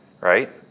right